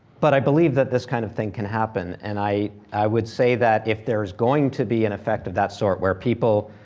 but i believe that this kind of thing can happen. and i i would say that if there's going to be an effect of that sort where people